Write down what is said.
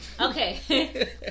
Okay